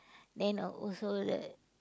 then also the